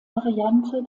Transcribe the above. variante